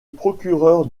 procureur